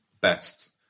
best